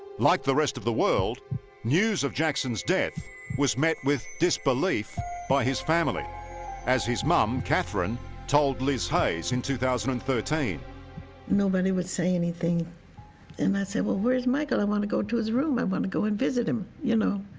like the rest of the world news of jackson's death was met with disbelief by his family as his mum katherine told liz haze in two thousand and thirteen nobody would say anything and i said well, where's michael i want to go to his room i want to go and visit him, you know